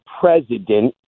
president